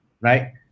right